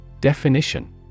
Definition